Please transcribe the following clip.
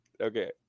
Okay